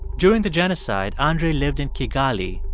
during the genocide, andre lived in kigali,